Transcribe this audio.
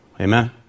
Amen